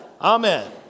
Amen